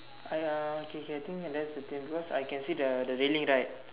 !aiya! okay okay I think and that's the things because I can see the the railing right